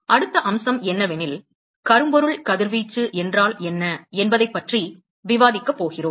அடுத்த அம்சம் என்னவெனில் கரும்பொருள் கதிர்வீச்சு என்றால் என்ன என்பதைப் பற்றி விவாதிக்கப் போகிறோம்